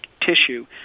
tissue